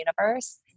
universe